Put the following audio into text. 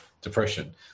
depression